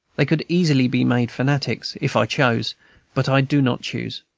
they could easily be made fanatics, if i chose but i do not choose.